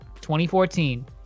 2014